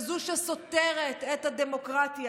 כזו שסותרת את הדמוקרטיה.